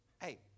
hey